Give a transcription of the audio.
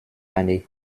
année